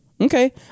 Okay